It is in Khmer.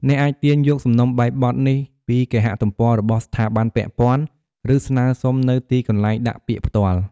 អ្នកអាចទាញយកសំណុំបែបបទនេះពីគេហទំព័ររបស់ស្ថាប័នពាក់ព័ន្ធ ឬស្នើសុំនៅទីកន្លែងដាក់ពាក្យផ្ទាល់។